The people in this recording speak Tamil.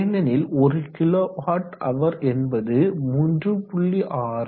ஏனெனில் ஒரு கிலோ வாட் ஹவர் என்பது 3